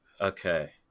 Okay